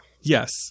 yes